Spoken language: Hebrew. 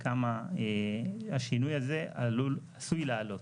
השינוי הזה עשוי לעלות.